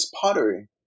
pottery